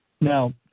Now